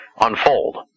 unfold